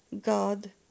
God